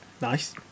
Nice